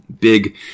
Big